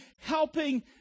helping